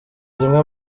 zimwe